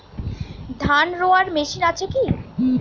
ধান রোয়ার মেশিন আছে কি?